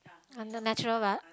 I'm the natural lah